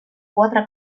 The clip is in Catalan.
quatre